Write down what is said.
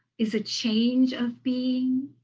is a change of being